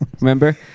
Remember